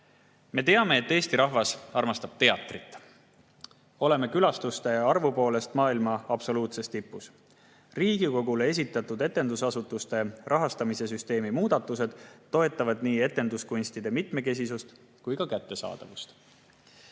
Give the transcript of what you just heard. Me teame, et Eesti rahvas armastab teatrit. Oleme külastuste arvu poolest maailma absoluutses tipus. Riigikogule esitatud etendusasutuste rahastamise süsteemi muudatused toetavad nii etenduskunstide mitmekesisust kui ka kättesaadavust.